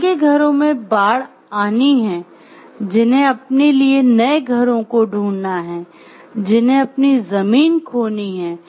जिनके घरों में बाढ़ आनी है जिन्हें अपने लिए नए घरों को ढूंढना है जिन्हें अपनी जमीन खोनी है